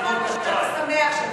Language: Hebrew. לא התכוונת שאתה שמח,